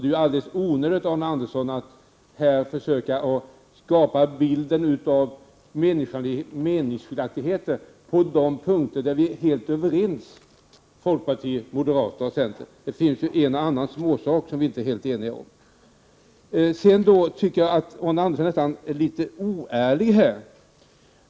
Det är alldeles onödigt att Arne Andersson i Gamleby här försöker skapa bilden av meningsskiljaktigheter mellan folkpartiet, moderaterna och centern på de punkter där vi är helt överens — även om det finns en och annan småsak som vi inte är helt eniga om. Sedan tyckte jag nästan Arne Andersson blev litet oärlig.